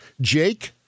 Jake